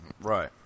Right